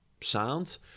sound